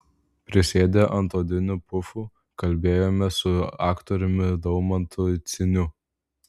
prisėdę ant odinių pufų kalbėjomės su aktoriumi daumantu ciuniu